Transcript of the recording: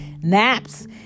Naps